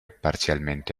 parzialmente